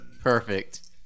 Perfect